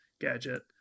gadget